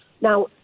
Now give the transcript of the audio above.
Now